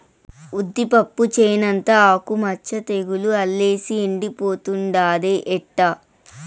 ఉద్దిపప్పు చేనంతా ఆకు మచ్చ తెగులు అల్లేసి ఎండిపోతుండాదే ఎట్టా